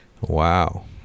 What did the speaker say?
wow